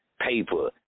paper